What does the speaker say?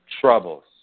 Troubles